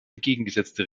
entgegengesetzte